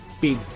big